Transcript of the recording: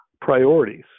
priorities